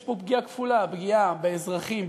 יש פה פגיעה כפולה: פגיעה באזרחים,